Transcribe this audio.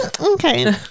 Okay